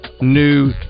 new